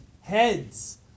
heads